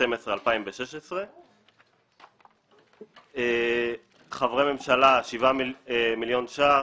בדצמבר 2016. חברי ממשלה 7 מיליון שקלים.